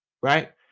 Right